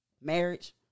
marriage